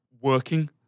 working